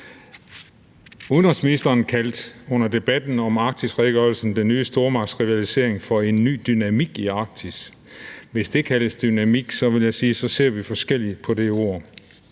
Udenrigsministeren kaldte under debatten om redegørelsen om Arktis den nye stormagtsrivalisering for en ny dynamik i Arktis. Hvis det kaldes dynamik, vil jeg sige, at så ser vi forskelligt på det ord.